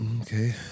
Okay